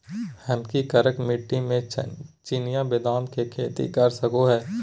हम की करका मिट्टी में चिनिया बेदाम के खेती कर सको है?